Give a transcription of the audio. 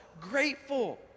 grateful